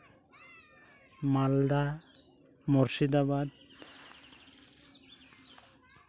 Malda Murshidabad